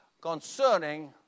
concerning